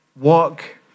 walk